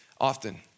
often